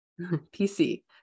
pc